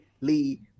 Lee